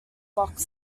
box